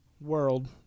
world